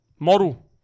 model